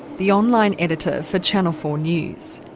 the online editor for channel four news.